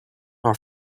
are